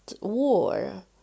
war